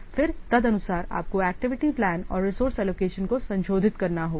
फिर तदनुसार आपको एक्टिविटी प्लान और रिसोर्स एलोकेशन को संशोधित करना होगा